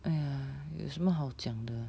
!aiya! 有什么好讲的